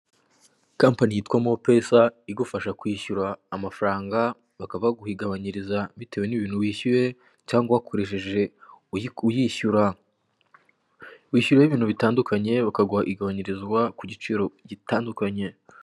Kampani yitwa mo pesa, igufasha kwishyura amafaranga, bakaba baguha igabanyiriza bitewe n'ibintu wishyuye, cyangwa wakoresheje uyishyura. Wishyuriraho ibintu butandukanye, bakaguha igabanyirizwa ku giciro gitandukanye.